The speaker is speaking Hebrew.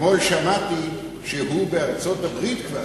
אתמול שמעתי שהוא בארצות-הברית כבר